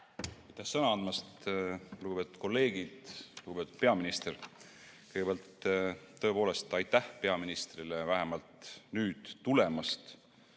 Aitäh sõna andmast! Lugupeetud kolleegid! Lugupeetud peaminister! Kõigepealt, tõepoolest, aitäh peaministrile vähemalt nüüd tulemast